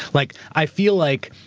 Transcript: like i feel like,